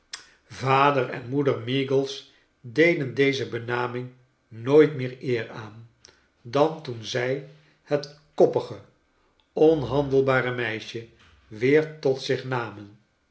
vader en moeder meagles deden deze benaming nooit meer eer aan dan toen zij het koppige onhandelbare meisje weer tot zich namen